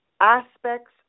aspects